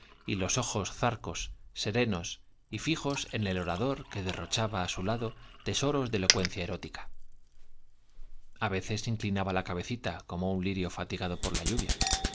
y los ojos zarcos serenos y fijos en el orador que derrochaba á su lado tesoros de elocuencia erótica á veces inclinaba la cabecita como un lirio fatigado por la lluvia